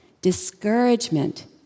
Discouragement